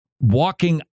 walking